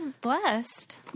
blessed